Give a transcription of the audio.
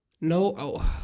No